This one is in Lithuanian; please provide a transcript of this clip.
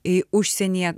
į užsienyje